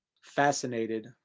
fascinated